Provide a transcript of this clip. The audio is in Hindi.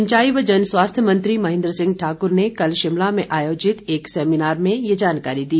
सिंचाई व जन स्वास्थ्य मंत्री महेंद्र सिंह ठाक्र ने कल शिमला में आयोजित एक सैमिनार में ये जानकारी दी